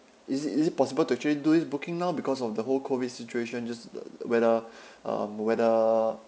is it is it possible to actually do this booking now because of the whole COVID situation just the whether um whether